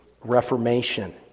reformation